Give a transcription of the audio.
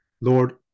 Lord